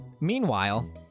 Meanwhile